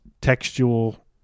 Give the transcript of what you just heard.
textual